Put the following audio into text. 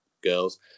Girls